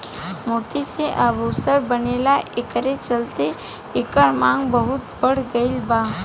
मोती से आभूषण बनेला एकरे चलते एकर मांग बहुत बढ़ गईल बा